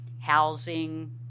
housing